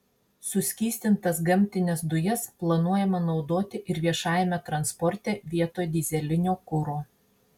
suskystintas gamtines dujas planuojama naudoti ir viešajame transporte vietoj dyzelinio kuro